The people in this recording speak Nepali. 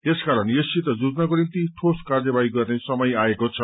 यसकारण यससित जुझ्नको निम्ति ठोस कार्यवाही गर्ने समय आएको छ